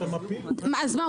אז מה?